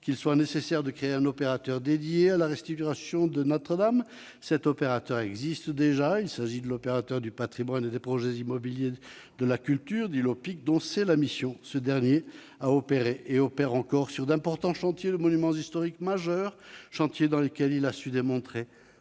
qu'il soit nécessaire de créer un opérateur dédié à la restitution de Notre-Dame. Cet opérateur existe déjà : il s'agit de l'Opérateur du patrimoine et des projets immobiliers de la culture, l'Oppic, dont c'est précisément la mission. Ce dernier a opéré et opère encore sur d'importants chantiers touchant des monuments historiques majeurs, chantiers dans lesquels il a su démontrer